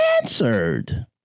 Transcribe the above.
answered